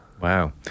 Wow